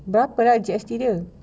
berapalah G_S_T dia